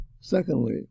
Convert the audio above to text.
Secondly